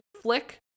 flick